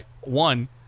One